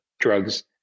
drugs